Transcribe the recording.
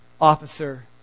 officer